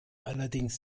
allerdings